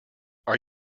are